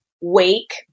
wake